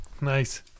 nice